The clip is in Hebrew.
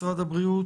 משרד הבריאות?